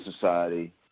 Society